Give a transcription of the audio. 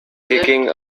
picking